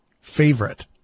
Favorite